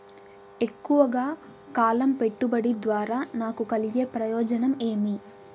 ఎక్కువగా కాలం పెట్టుబడి ద్వారా నాకు కలిగే ప్రయోజనం ఏమి?